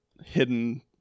hidden